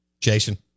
Jason